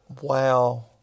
wow